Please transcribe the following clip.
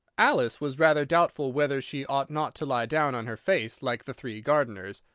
alice was rather doubtful whether she ought not to lie down on her face like the three gardeners,